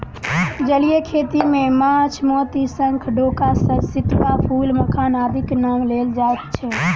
जलीय खेती मे माछ, मोती, शंख, डोका, सितुआ, फूल, मखान आदिक नाम लेल जाइत छै